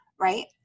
right